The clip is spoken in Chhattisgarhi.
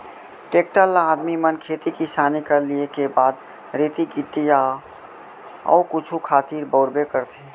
टेक्टर ल आदमी मन खेती किसानी कर लिये के बाद रेती गिट्टी या अउ कुछु खातिर बउरबे करथे